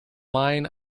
line